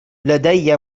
لدي